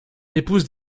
épouse